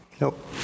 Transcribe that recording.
Nope